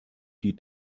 die